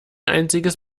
einziges